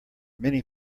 many